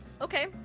Okay